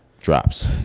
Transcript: drops